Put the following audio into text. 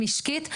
משקית,